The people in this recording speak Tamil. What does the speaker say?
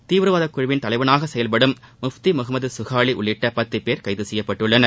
தீவிரவாதக் குழுவின் தலைவராக செயல்படும் முப்தி முகமது குகாலி உள்ளிட்ட பத்து பேர் கைது செய்யப்பட்டனர்